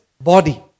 body